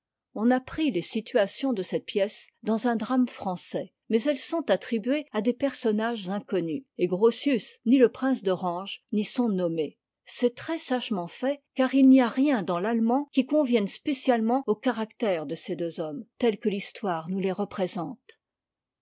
on a pris les situations de cette pièce dans un drame français mais elles sont attribuées à des personnages inconnus et grotius ni le prince d'orange n'y sont nommés c'est très sagement fait car il n'y a rien dans l'allemand qui convienne spécia ement au caractère de ces deux hommes tels que l'histoire nous les représente